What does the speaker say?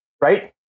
right